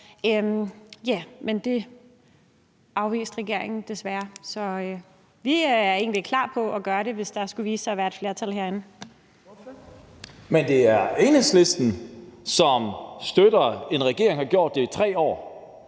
osv. Men det afviste regeringen desværre. Så vi er egentlig klar på at gøre det, hvis der skulle vise sig at være et flertal herinde. Kl. 15:21 Tredje næstformand (Trine Torp): Ordføreren.